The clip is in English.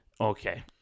Okay